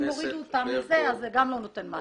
גם אם יורידו אותם מזה, זה לא נותן מענה.